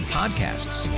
podcasts